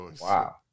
Wow